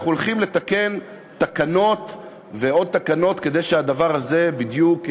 אנחנו הולכים לתקן תקנות ועוד תקנות כדי שהדבר הזה בדיוק יקרה,